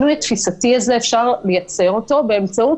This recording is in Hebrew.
אפשר לייצר את השינוי התפיסתי באמצעות